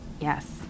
Yes